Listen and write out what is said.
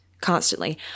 constantly